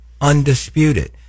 undisputed